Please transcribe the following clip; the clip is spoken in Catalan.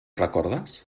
recordes